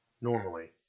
Normally